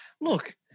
look